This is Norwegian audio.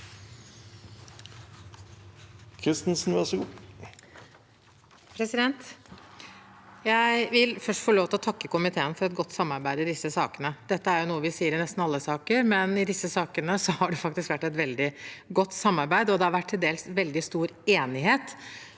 (ordfører for sake- ne): Jeg vil først få lov til å takke komiteen for et godt samarbeid i disse sakene. Dette er noe vi sier i nesten alle saker, men i disse sakene har det faktisk vært et veldig godt samarbeid. Det har vært til dels veldig stor enighet,